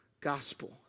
gospel